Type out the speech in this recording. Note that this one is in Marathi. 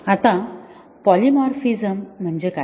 आता पॉलीमॉर्फिजम म्हणजे काय